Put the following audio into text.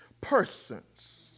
persons